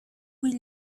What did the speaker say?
will